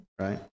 right